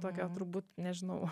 tokio turbūt nežinau